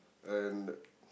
and